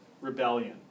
rebellion